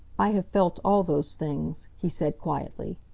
i have felt all those things, he said quietly.